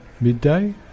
midday